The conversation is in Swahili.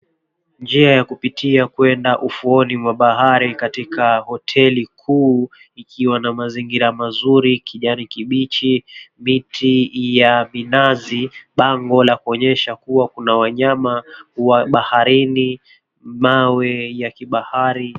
Njia ya kupitia kwenda ufuoni mwa bahari katika hoteli kuu ikiwa na mazingira mazuri kijani kibichi, miti ya minazi, bango la kuonyesha kuwa kuna wanyama wa baharini, mawe ya kibahari.